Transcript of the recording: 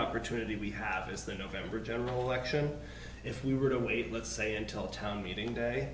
opportunity we have is the november general election if we were to wait let's say until a town meeting day